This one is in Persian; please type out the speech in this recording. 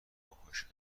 باهاش